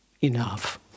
enough